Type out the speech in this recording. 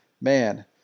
man